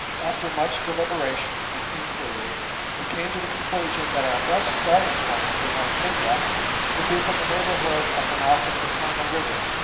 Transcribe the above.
after much deliberation and inquiry we came to the conclusion that our best starting-point for mt kenia would be from the neighbourhood of the mouth of the tana river,